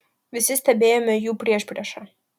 visi stebėjome jų priešpriešą